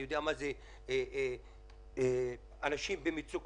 אני יודע מה זה אנשים במצוקות.